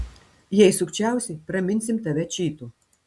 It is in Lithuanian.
jei sukčiausi praminsim tave čytu